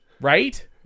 Right